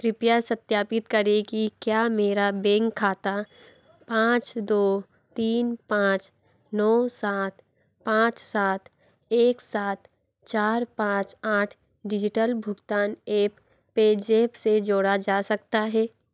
कृपया सत्यापित करें कि क्या मेरा बैंक खाता पाँच दौ तीन पाँच नौ सात पाँच सात एक सात चार पाँच आठ डिजिटल भुगतान ऐप पेज़ैप से जोड़ा जा सकता है